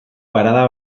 parada